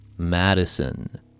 Madison